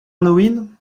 halloween